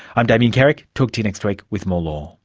i'm damien carrick, talk to you next week with more law